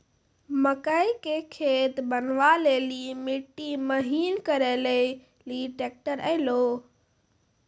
मकई के खेत बनवा ले ली मिट्टी महीन करे ले ली ट्रैक्टर ऐलो?